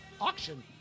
auction